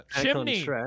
Chimney